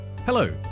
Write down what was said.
Hello